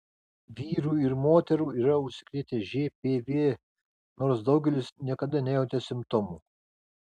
vyrų ir moterų yra užsikrėtę žpv nors daugelis niekada nejautė simptomų